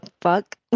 fuck